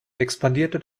expandierte